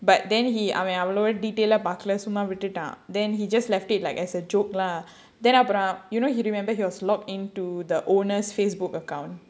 but then he அவன் அவ்ளோ:avan avlo then he just left it like as a joke lah then பார்க்கல சும்மா விட்டுட்டான்:paarkkala summa vituttaan you know he remember he was locked into the owners Facebook account